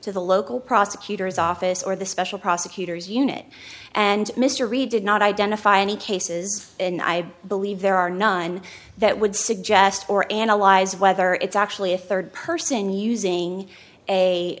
to the local prosecutor's office or the special prosecutor's unit and mr reed did not identify any cases and i believe there are none that would suggest or analyze whether it's actually a third person using